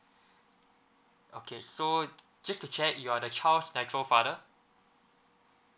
okay so just to check you are the child natural father